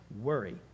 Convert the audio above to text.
worry